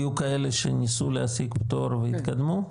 היו כאלה שניסו להשיג פטור או לקדמו?